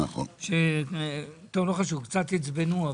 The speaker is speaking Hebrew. טוב, לא חשוב, קצת עצבנו.